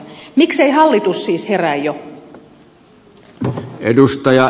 miksei hallitus siis herää jo